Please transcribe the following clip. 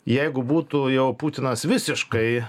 jeigu būtų jau putinas visiškai